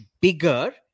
bigger